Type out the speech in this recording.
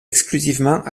exclusivement